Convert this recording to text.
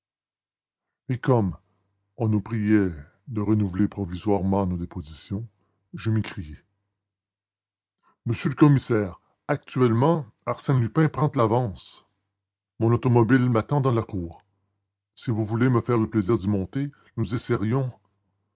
et comme on nous priait de renouveler provisoirement nos dépositions je m'écriai monsieur le commissaire actuellement arsène lupin prend de l'avance mon automobile m'attend dans la cour si vous voulez me faire le plaisir d'y monter nous